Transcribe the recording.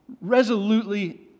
resolutely